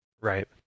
Right